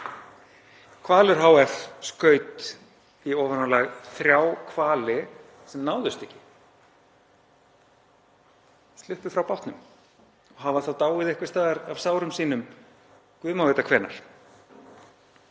Hvalur hf. skaut í ofanálag þrjá hvali sem náðust ekki, sluppu frá bátnum og hafa þá dáið einhvers staðar af sárum sínum, guð má vita hvenær.